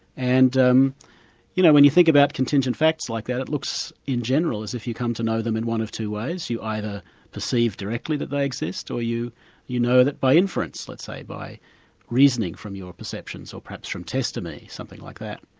and you know when you think about contingent facts like that, it looks in general as if you come to know them in one of two ways you either perceive directly that they exist, or you you know that by inference, let's say, by reasoning from your perceptions, or perhaps from testimony, something like that.